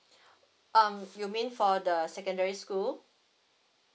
um you mean for the secondary school